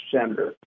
senator